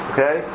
Okay